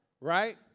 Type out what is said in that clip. Right